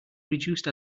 reduced